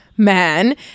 Man